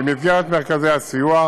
במסגרת מרכזי הסיוע,